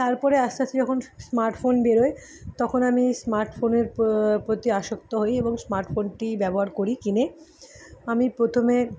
তারপরে আস্তে আস্তে যখন স্মার্টফোন বেরোয় তখন আমি স্মার্টফোনের প্রতি আসক্ত হই এবং স্মার্টফোনটি ব্যবহার করি কিনে আমি প্রথমে